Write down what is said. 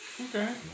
Okay